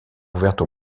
ouverte